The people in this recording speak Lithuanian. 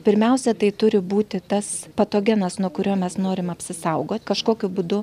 pirmiausia tai turi būti tas patogenas nuo kurio mes norim apsisaugot kažkokiu būdu